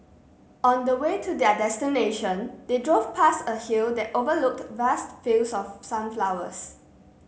on the way to their destination they drove past a hill that overlooked vast fields of sunflowers